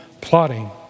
plotting